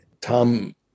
Tom